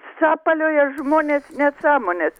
sapalioja žmonės nesąmones